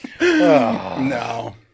no